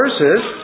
verses